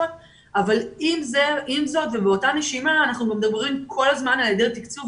אבל באותה נשימה אנחנו מדברים כל הזמן על היעדר תקצוב,